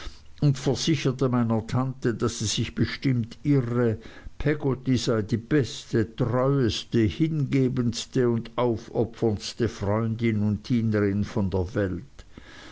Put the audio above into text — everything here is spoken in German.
und versicherte meiner tante daß sie sich bestimmt irre peggotty sei die beste treueste hingebendste und aufopferndste freundin und dienerin von der welt